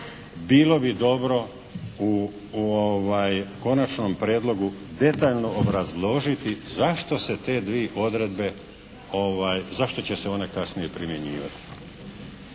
bilo bi dobro u Konačnom prijedlogu detaljno obrazložiti zašto se te dvije odredbe, zašto